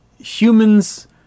humans